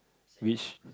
which